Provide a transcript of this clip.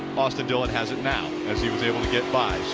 austin dillon has it now as he was able to get by,